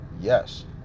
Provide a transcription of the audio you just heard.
yes